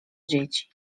dzieci